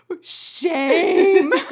shame